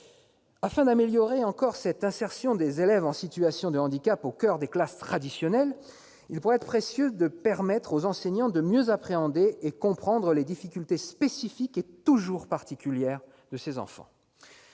Afin d'améliorer encore cette insertion des élèves en situation de handicap au coeur des classes « traditionnelles », il pourrait être précieux de permettre aux enseignants de mieux appréhender et comprendre les difficultés spécifiques et toujours particulières de ces enfants.